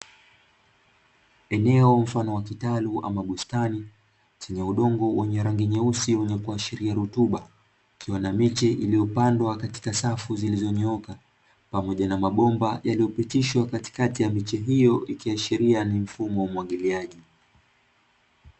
Eneo mfano wa kitalu ama bustani, chenye udongo wa rangi nyeusi wenye kuashiria rutuba, ikiwa na miche iliyopandwa katika safu zilizonyooka, pamoja na mabomba yaliyopitishwa katikati ya miche hiyo ikiashiria ni mfumo wa umwagiliaji.